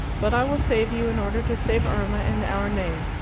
but i will save you in order to save irma and our name.